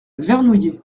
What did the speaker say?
vernouillet